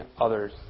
others